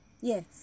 Yes